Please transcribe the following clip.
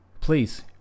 please